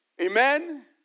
Amen